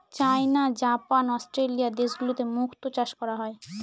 চাইনা, Japan, Australia দেশগুলোতে মুক্তো চাষ করা হয়